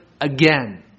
again